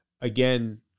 Again